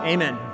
Amen